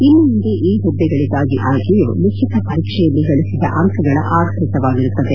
ಇನ್ನು ಮುಂದೆ ಈ ಪುದ್ವೆಗಳಿಗಾಗಿ ಆಯ್ಕೆಯು ಲಿಖಿತ ಪರೀಕ್ಷೆಯಲ್ಲಿ ಗಳಿಸಿದ ಅಂಕಗಳ ಆಧರಿತವಾಗಿರುತ್ತದೆ